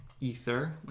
ether